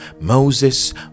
Moses